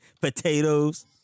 potatoes